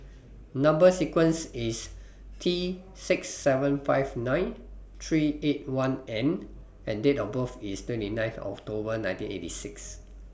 Number sequence IS T six seven five nine three eight one N and Date of birth IS twenty ninth October nineteen eighty six